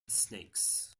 snakes